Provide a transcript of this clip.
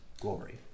glory